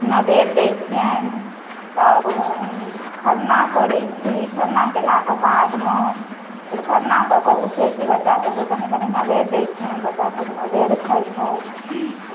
नैवेद्य दैत छियनि तब खरना करैत छी खरना कयलाके बादमे फेर खरना कऽ कऽ उठैत छी बच्चासभके कनि कनिके नैवेद्य दैत छियनि बच्चासभ नैवेद्य खाइत छथि